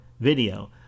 video